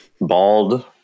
bald